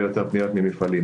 הרבה יותר פניות ממפעלים.